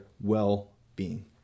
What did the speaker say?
well-being